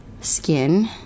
skin